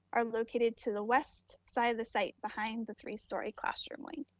are located to the west side of the site, behind the three story classroom wing.